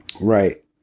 right